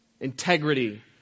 integrity